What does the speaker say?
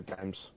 games